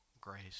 grace